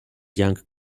young